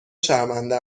شرمنده